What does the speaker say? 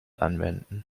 anwenden